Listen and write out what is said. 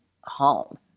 home